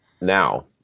now